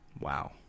Wow